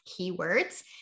keywords